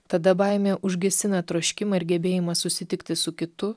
tada baimė užgesina troškimą ir gebėjimą susitikti su kitu